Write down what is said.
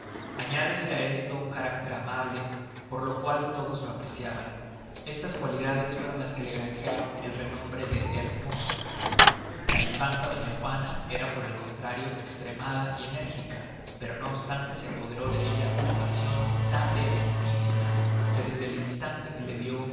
añádese á esto un carácter amable por lo cual todos lo apreciaban estas cualidades fueron las que le grangearon el renombre de hermoso la infanta doña juana era por el contrario estremada y enérgica pero no obstante se apoderó de ella una pasion tan vehementísima que desde el instante que le vió